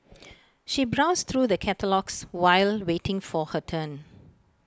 she browsed through the catalogues while waiting for her turn